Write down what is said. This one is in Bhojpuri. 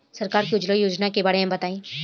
सरकार के उज्जवला योजना के बारे में बताईं?